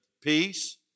peace